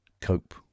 cope